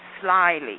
slyly